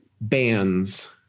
bands